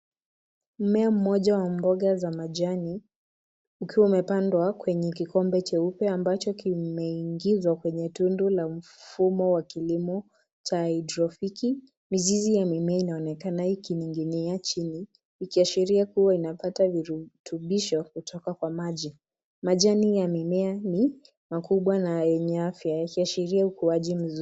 Mmea mmoja wa mboga za majani, ukiwa umepandwa kwenye kikombe cheupe ambacho kimeingizwa kwenye tundu la mfumo wa kilimo cha haidrofiki. Mizizi ya mimea inaonekana ikining'inia chini, ikiashiria kuwa inapata virutubisho kutoka kwa maji. Majani ya mimea ni makubwa na yenye afya, yakiashiria ukuaji mzuri.